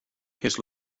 his